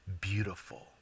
beautiful